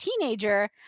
teenager